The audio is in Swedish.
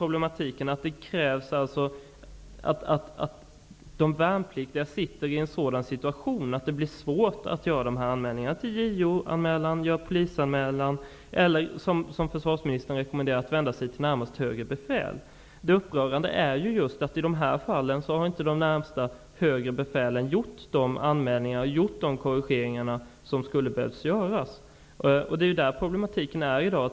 Problemet är att de värnpliktiga sitter i en sådan situation att det blir svårt att göra JO-anmälan, polisanmälan eller, som försvarsministern rekommenderar, att vända sig till närmast högre befäl. Det upprörande är att i dessa fall har inte de närmast högre befälen gjort de anmälningar och korrigeringar som hade behövts. Det är där problemen ligger i dag.